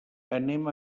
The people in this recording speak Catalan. anem